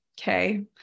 okay